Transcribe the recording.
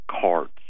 cards